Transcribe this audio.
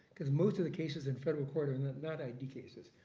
because most of the cases in federal court are and not id cases.